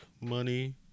money